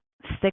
six